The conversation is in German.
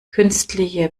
künstliche